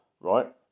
right